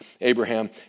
Abraham